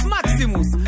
Maximus